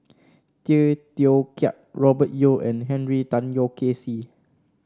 Tay Teow Kiat Robert Yeo and Henry Tan Yoke See